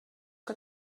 que